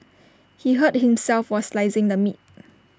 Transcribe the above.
he hurt himself while slicing the meat